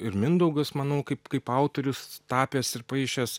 ir mindaugas manau kaip kaip autorius tapęs ir paišęs